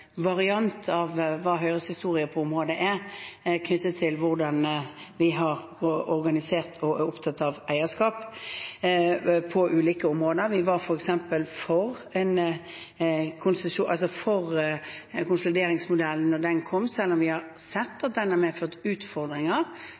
variant av hva Høyres historie på området er, knyttet til hvordan vi har organisert og er opptatt av eierskap på ulike områder. Vi var f.eks. for konsolideringsmodellen da den kom, selv om vi har sett